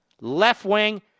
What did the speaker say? left-wing